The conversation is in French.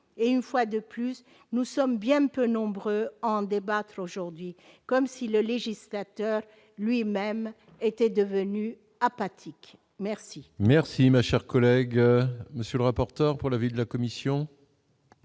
et une fois de plus, nous sommes bien peu nombreux en débattre aujourd'hui comme si le législateur lui-même était devenu apathiques merci. Merci, ma chère collègue, monsieur le rapporteur pour la vie de la commission.